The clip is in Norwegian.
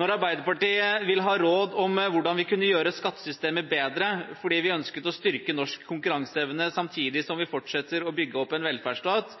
Når Arbeiderpartiet ville ha råd om hvordan vi kunne gjøre skattesystemet bedre, fordi vi ønsket å styrke norsk konkurranseevne samtidig som vi fortsetter å bygge opp en velferdsstat,